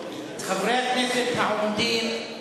חברי הכנסת העומדים,